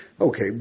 okay